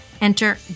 Enter